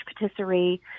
patisserie